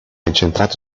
incentrato